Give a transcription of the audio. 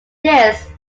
this